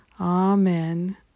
Amen